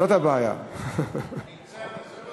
אין לנו בעיה שהוא לא אוכל כשר,